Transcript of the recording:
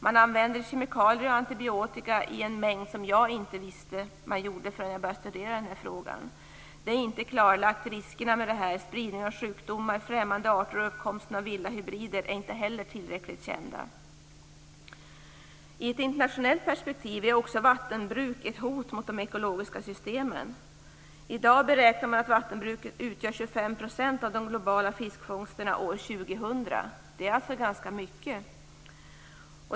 Man använder kemikalier och antibiotika i en mängd som jag inte visste att man gjorde förrän jag började studera den här frågan. Riskerna med detta är inte klarlagda. Spridning av sjukdomar, främmande arter och uppkomsten av vilda hybrider är inte heller tillräckligt kända. I ett internationellt perspektiv utgör också vattenbruket ett hot mot de ekologiska systemen. I dag beräknar man att vattenbruket utgör 25 % av de globala fiskfångsterna år 2000. Det är alltså ganska mycket.